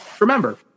Remember